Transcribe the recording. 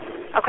Okay